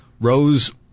Rose